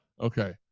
okay